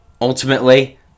Ultimately